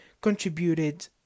contributed